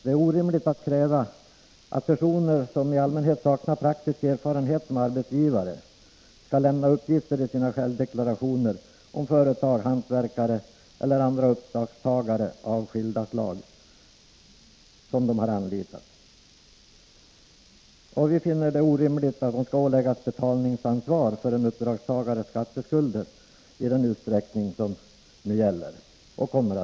Det är orimligt att kräva att personer som i allmänhet saknar praktisk erfarenhet som arbetsgivare skall lämna uppgifter isina självdeklarationer om företag, hantverkare eller andra uppdragstagare av skilda slag som de har anlitat. Vi finner det också orimligt att man skall kunna åläggas betalningsansvar för en uppdragstagares skatteskulder i den utsträckning som nu är aktuell.